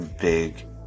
big